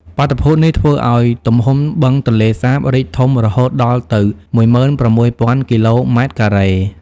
បាតុភូតនេះធ្វើឲ្យទំហំបឹងទន្លេសាបរីកធំរហូតដល់ទៅជាង ១៦.០០០ គីឡូម៉ែត្រការ៉េ។